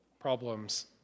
problems